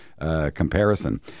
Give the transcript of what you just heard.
comparison